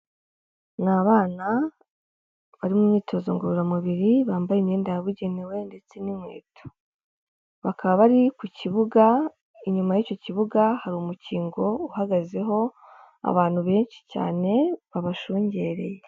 Ni abana bari mu myitozo ngororamubiri bambaye imyenda yabugenewe ndetse n'inkweto, bakaba bari ku kibuga, inyuma y'icyo kibuga hari umukingo uhagazeho abantu benshi cyane babashungereye.